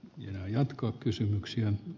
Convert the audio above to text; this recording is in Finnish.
ja jatkokysymyksen